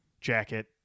jacket